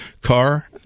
car